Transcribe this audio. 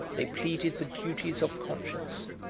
they pleaded the duties of conscience,